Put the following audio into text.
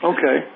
Okay